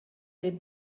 did